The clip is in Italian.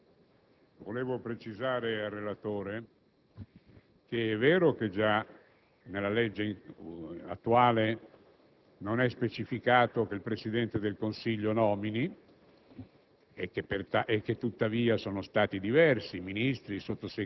volevo precisare al relatore che è vero che già nella legge attuale non è specificato che il Presidente del Consiglio nomini